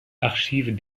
archives